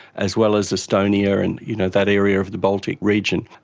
as well as estonia and you know that area of the baltic region.